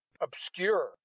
obscure